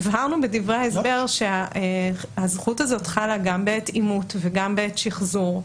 הבהרנו בדברי ההסבר שהזכות הזאת חלה גם בעת עימות וגם בעת שחזור.